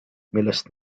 millest